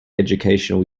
educational